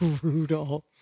Brutal